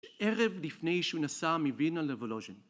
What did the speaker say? ערב לפני שהוא נסע מוינה לוולוז'ין.